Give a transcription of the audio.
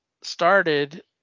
started